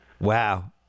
Wow